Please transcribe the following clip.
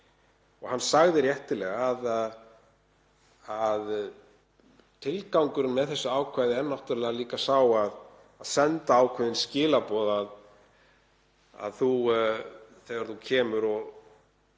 Hann sagði réttilega að tilgangurinn með þessu ákvæði væri náttúrlega líka sá að senda ákveðin skilaboð. Þegar þú kemur og